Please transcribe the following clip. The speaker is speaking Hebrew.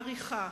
עריכה,